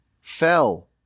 fell